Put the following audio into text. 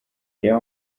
reba